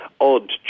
odd